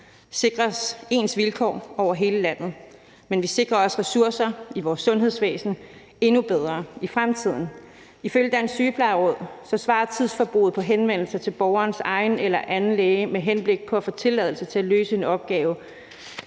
sikres ens vilkår over hele landet, men vi sikrer også ressourcerne i vores sundhedsvæsen endnu bedre i fremtiden. Ifølge Dansk Sygeplejeråd svarer tidsforbruget på henvendelser til borgerens egen eller anden læge med henblik på at få tilladelse til at løse en opgave